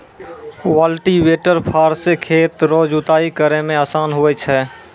cultivator फार से खेत रो जुताइ करै मे आसान हुवै छै